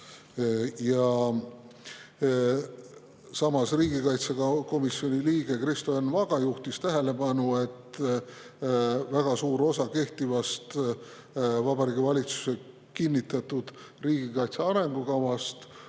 juhtis riigikaitsekomisjoni liige Kristo Enn Vaga tähelepanu, et väga suur osa kehtivast Vabariigi Valitsuse kinnitatud riigikaitse arengukavast